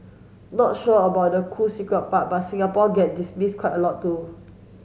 not sure about the cool secret part but Singapore get dismissed quite a lot too